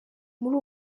muri